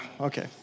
okay